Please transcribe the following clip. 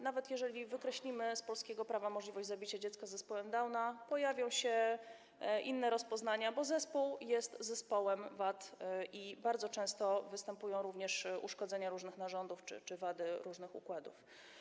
Nawet jeżeli wykreślimy z polskiego prawa możliwość zabicia dziecka z zespołem Downa, pojawią się inne rozpoznania, bo zespół jest zespołem wad i bardzo często występują również uszkodzenia różnych narządów czy wady różnych układów.